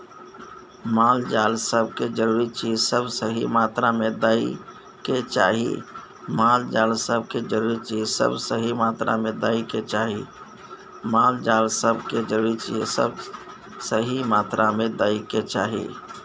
माल जाल सब के जरूरी चीज सब सही मात्रा में दइ के चाही